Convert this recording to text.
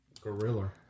Gorilla